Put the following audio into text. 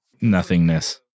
nothingness